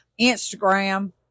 Instagram